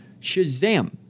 Shazam